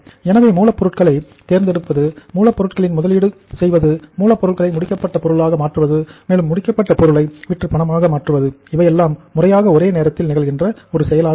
எனவே மூலப் பொருளை தேர்ந்தெடுப்பது மூலப்பொருளின் முதலீடு செய்வது மூலப் பொருளை முடிக்கப்பட்ட பொருளாக மாற்றுவது மேலும் முடிக்கப்பட்ட பொருளை விற்று பணமாக மாற்றுவது இவையெல்லாம் முறையாக ஒரே நேரத்தில் நிகழ்கின்ற ஒரு செயலாக இருக்கும்